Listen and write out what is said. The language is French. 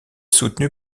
soutenu